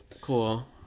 Cool